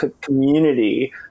community